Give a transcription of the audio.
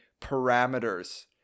parameters